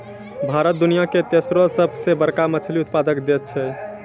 भारत दुनिया के तेसरो सभ से बड़का मछली उत्पादक देश छै